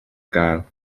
gael